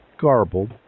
garbled